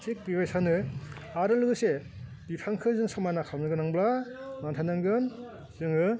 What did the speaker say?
थिक बेबायदिनो आरो लोगोसे बिफांखौ जों समान खालामनो गोनांब्ला मा थानांगोन जोङो